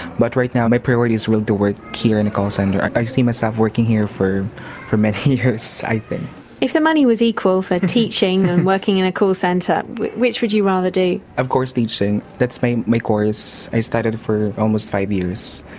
but right now my priority is to work here in a call centre. i see myself working here for for many years i think. if the money was equal, for teaching and working in a call centre, which which would you rather do? of course teaching. that's my my course. i studied for almost five years,